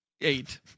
Eight